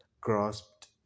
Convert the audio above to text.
grasped